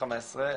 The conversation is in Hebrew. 15,